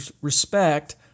respect